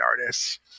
artists